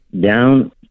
down